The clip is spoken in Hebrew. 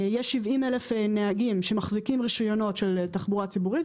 יש 70,000 נהגים שמחזיקים רישיונות של תחבורה ציבורית,